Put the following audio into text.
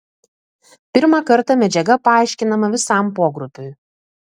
pirmą kartą medžiaga paaiškinama visam pogrupiui